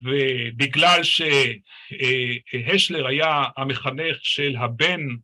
‫ובגלל שהשלר היה המחנך של הבן,